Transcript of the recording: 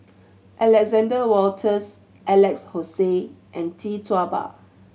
Alexander Wolters Alex Josey and Tee Tua Ba